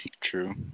True